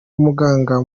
umuganga